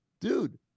dude